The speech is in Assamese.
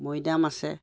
মৈদাম আছে